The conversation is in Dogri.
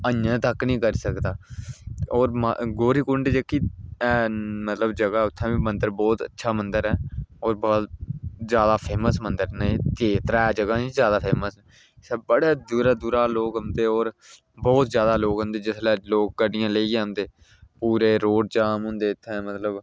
अजें तक्क निं करी सकदा होर गौरीकुंड जेह्की मतलब जगह् उ'त्थें बी मंदर बहोत अच्छा मंदर ऐ होर बहोत जादा फेमस मंदर न एह् त्रैऽ जगहां हियां जादा फेमस जि'त्थें बड़े दूरा दूरा लोग औंदे होर बहोत जादा लोग आंदे जिसलै लोग गड्डियां लेइयै आंदे पूरे रोड जाम होंदे इ'त्थें मतलब